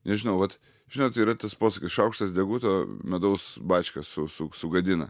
nežinau vat žinot yra tas posakis šaukštas deguto medaus bačką su su sugadina